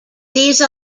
these